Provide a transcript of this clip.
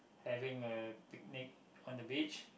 having a picnic on the beach